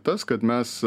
tas kad mes